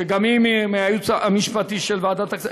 שגם היא מהייעוץ המשפטי של ועדת הכספים,